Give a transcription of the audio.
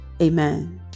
Amen